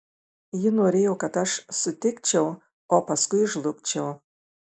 ji norėjo kad aš sutikčiau o paskui žlugčiau